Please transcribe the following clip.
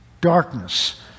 darkness